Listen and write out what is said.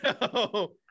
no